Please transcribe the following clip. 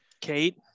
Kate